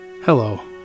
Hello